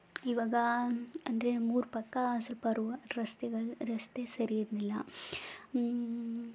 ಈವಾಗ ಅಂದರೆ ನಮ್ಮೂರ ಪಕ್ಕ ಸ್ವಲ್ಪ ರೋ ರಸ್ತೆಗಳು ರಸ್ತೆ ಸರಿ ಇರಲಿಲ್ಲ